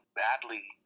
badly